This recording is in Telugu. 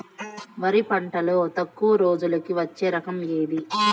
వరి పంటలో తక్కువ రోజులకి వచ్చే రకం ఏది?